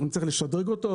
נצטרך לשדרג אותו,